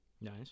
Nice